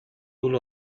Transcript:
rule